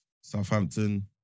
Southampton